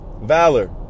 valor